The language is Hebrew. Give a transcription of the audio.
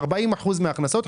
40% מן ההכנסות,